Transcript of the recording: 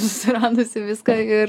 susiradusi viską ir